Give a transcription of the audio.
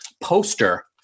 poster